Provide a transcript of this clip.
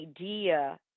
idea